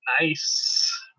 Nice